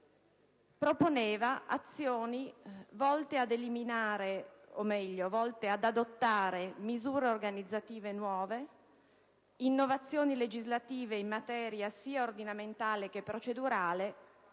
proponeva azioni volte ad adottare misure organizzative nuove, innovazioni legislative in materia sia ordinamentale che procedurale,